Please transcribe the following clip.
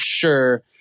sure